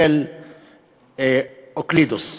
של אוקלידס.